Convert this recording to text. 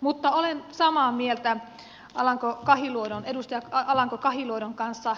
mutta olen samaa mieltä edustaja alanko kahiluodon